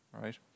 right